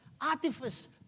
artifice